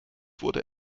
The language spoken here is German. wurde